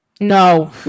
No